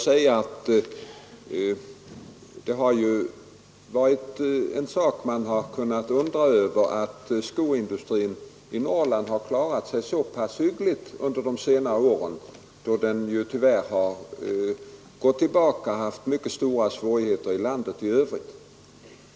Det har varit en sak som man kunnat undra över att skoindustrin i Norrland har klarat sig så pass hyggligt under de senare åren, då den tyvärr har gått tillbaka och haft stora svårigheter i landet i övrigt.